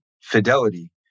fidelity